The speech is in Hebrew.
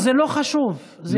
זה לא חשוב, משה.